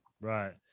Right